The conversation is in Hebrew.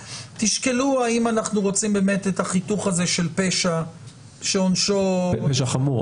תשקלו האם אנחנו רוצים באמת את החיתוך הזה של פשע שעונשו -- פשע חמור,